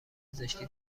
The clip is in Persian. پزشکی